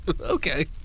Okay